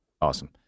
awesome